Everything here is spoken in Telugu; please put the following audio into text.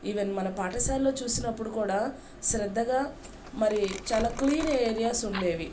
ఈవెన్ మన పాఠశాల్లో చూసినప్పుడు కూడా శ్రద్ధగా మరి చాలా క్లీన్ ఏరియాస్ ఉండేవి